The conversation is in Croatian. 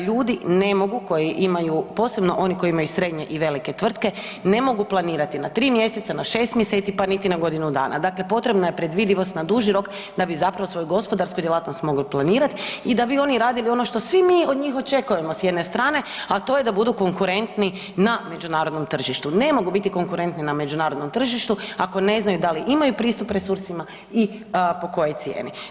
Ljudi ne mogu koji imaju posebno oni koji imaju srednje i velike tvrtke, ne mogu planirati na 3 mj., na 6 mj. pa niti na godinu dana, dakle potrebna je predvidivost na duži rok da bi zapravo svoju gospodarsku djelatnost mogli planirat i da bi oni radili ono što svi mi od njih očekujemo s jedne strane a to je budu konkurentni na međunarodnom tržištu, ne mogu biti konkurentni na međunarodnom tržištu ako ne znaju da li imaju pristup resursima i po kojoj cijeni.